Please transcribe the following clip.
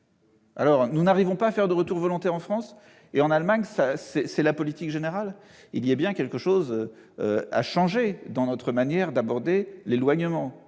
Nous n'arrivons pas à obtenir de retours volontaires en France alors qu'en Allemagne, c'est la politique générale. Il y a bien quelque chose à changer dans notre manière d'aborder l'éloignement,